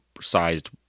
sized